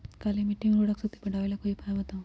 काली मिट्टी में उर्वरक शक्ति बढ़ावे ला कोई उपाय बताउ?